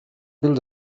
build